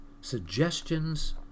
suggestions